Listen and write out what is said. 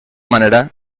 manera